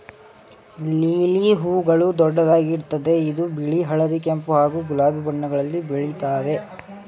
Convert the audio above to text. lily ಹೂಗಳು ದೊಡ್ಡದಾಗಿರ್ತದೆ ಇದು ಬಿಳಿ ಹಳದಿ ಕೆಂಪು ಹಾಗೂ ಗುಲಾಬಿ ಬಣ್ಣಗಳಲ್ಲಿ ಬೆಳಿತಾವೆ